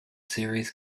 series